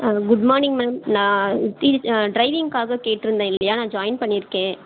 ஆ good morning ma'am நான் டி ட்ரைவிங்க்காக கேட்டிருந்தேன் இல்லையா நான் ஜாயின் பண்ணியிருக்கேன்